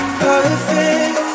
perfect